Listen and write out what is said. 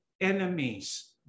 enemies